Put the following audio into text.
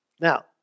Now